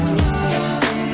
love